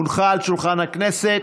הונחה על שולחן הכנסת,